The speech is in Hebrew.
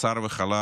על בשר וחלב,